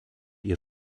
ihr